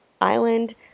island